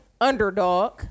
underdog